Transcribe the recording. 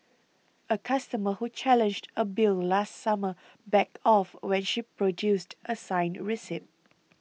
a customer who challenged a bill last summer backed off when she produced a signed receipt